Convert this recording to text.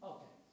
Okay